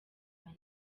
bane